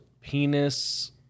penis